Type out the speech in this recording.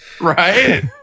right